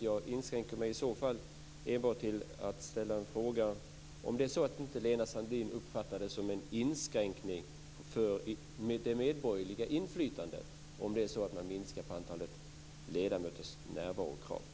Jag inskränker mig till att ställa enbart en fråga: Uppfattar Lena Sandlin inte en sänkning av närvarokravet på ledamöterna som en inskränkning av det medborgerliga inflytandet?